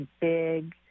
big